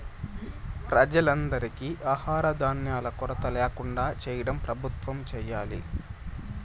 ప్రజలందరికీ ఆహార ధాన్యాల కొరత ల్యాకుండా చేయటం ప్రభుత్వం చేయాలి